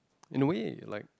in a way like